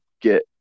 get